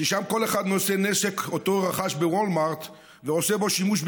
ששם כל אחד נושא נשק שאותו רכש בוולמארט ועושה בו שימוש,